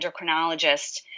endocrinologist